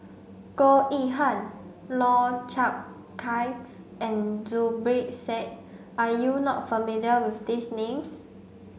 Goh Yihan Lau Chiap Khai and Zubir Said are you not familiar with these names